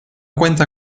cuenta